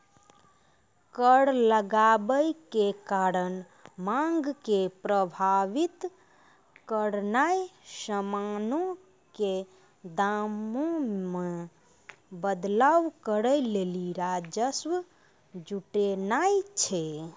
कर लगाबै के कारण मांग के प्रभावित करनाय समानो के दामो मे बदलाव करै लेली राजस्व जुटानाय छै